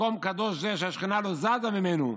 מקום קדוש זה שהשכינה לא זזה ממנו,